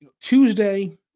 Tuesday